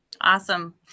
Awesome